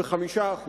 ב-5%.